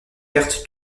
perte